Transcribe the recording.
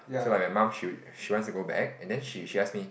so like my mum she she wants to go back and then she she ask me